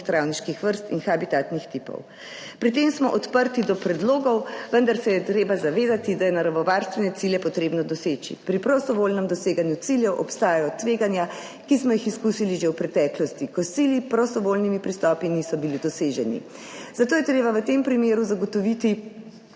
travniških vrst in habitatnih tipov. Pri tem smo odprti do predlogov, vendar se je treba zavedati, da je naravovarstvene cilje potrebno doseči. Pri prostovoljnem doseganju ciljev obstajajo tveganja, ki smo jih izkusili že v preteklosti, kosili, prostovoljni pristopi niso bili doseženi, zato je treba v tem primeru zagotoviti